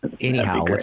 Anyhow